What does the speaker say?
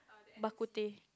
bak-kut-teh